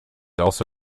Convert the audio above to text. also